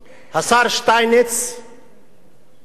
השר שטייניץ חשף